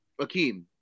Akeem